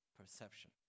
Perception